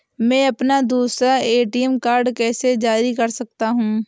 मैं अपना दूसरा ए.टी.एम कार्ड कैसे जारी कर सकता हूँ?